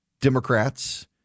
Democrats